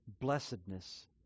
blessedness